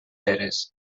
feres